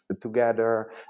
together